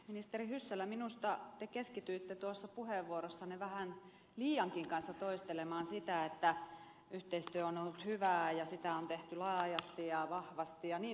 ministeri hyssälä minusta te keskityitte tuossa puheenvuorossanne vähän liiankin kanssa toistelemaan sitä että yhteistyö on ollut hyvää ja sitä on tehty laajasti ja vahvasti ja niin edelleen